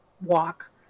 walk